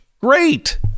Great